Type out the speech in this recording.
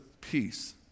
peace